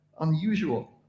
unusual